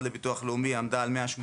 לביטוח לאומי עמדה על 180 מיליארד.